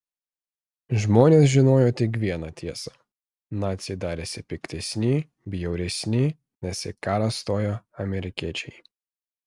žmonės žinojo tik vieną tiesą naciai darėsi piktesni bjauresni nes į karą stojo amerikiečiai